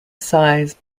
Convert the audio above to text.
size